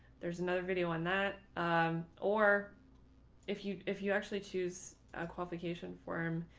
there's another video on that or if you if you actually choose a qualification form.